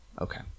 Okay